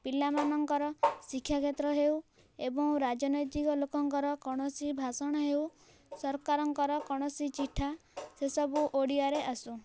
ପିଲାମାନଙ୍କର ଶିକ୍ଷା କ୍ଷେତ୍ର ହେଉ ଏବଂ ରାଜନୈତିକ ଲୋକଙ୍କର କୌଣସି ଭାଷଣ ହେଉ ସରକାରଙ୍କର କୌଣସି ଚିଠା ସେସବୁ ଓଡ଼ିଆରେ ଆସୁ